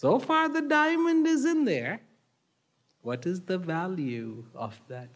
so far the diamond isn't there what is the value of that